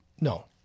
No